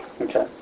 Okay